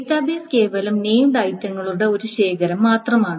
database കേവലം named ഐറ്റങ്ങളുടെ ഒരു ശേഖരം മാത്രമാണ്